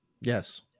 Yes